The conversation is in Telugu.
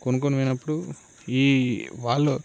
కొనుక్కొని పోయినప్పుడు ఈ వాళ్ళు